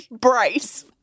Bryce